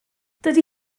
dydy